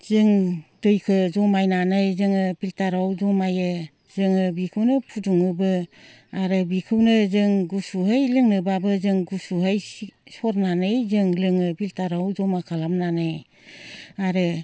जों दैखो जमायनानै जोङो फिल्टाराव जमायो जोङो बेखौनो फुदुङोबो आरो बेखौनो जों गुसुयै लोंनोबाबो जों गुसुयै सरनानै जों लोङो फिल्टाराव जमा खालामनानै आरो